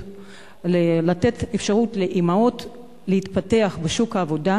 לתת אפשרות לאמהות להתפתח בשוק העבודה,